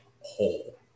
whole